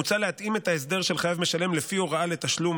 מוצע להתאים את ההסדר של "חייב משלם" לפי הוראה לתשלום